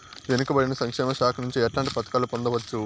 వెనుక పడిన సంక్షేమ శాఖ నుంచి ఎట్లాంటి పథకాలు పొందవచ్చు?